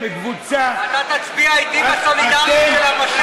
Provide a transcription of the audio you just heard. קבוצה, אתה תצביע אתי בסולידריות של המשט?